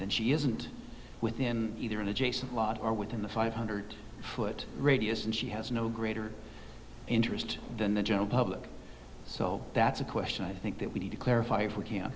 that she isn't within either an adjacent lot or within the five hundred foot radius and she has no greater interest than the general public so that's a question i think that we need to clarify for you